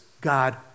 God